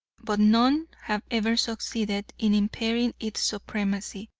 but none have ever succeeded in impairing its supremacy.